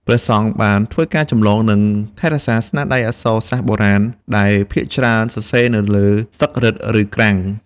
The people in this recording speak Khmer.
ព្រះសង្ឃបានធ្វើការចម្លង និងថែរក្សាស្នាដៃអក្សរសាស្ត្របុរាណ ដែលភាគច្រើនសរសេរនៅលើស្លឹករឹត ឬក្រាំង។